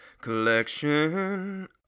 collection